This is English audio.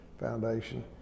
foundation